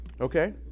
Okay